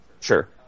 Sure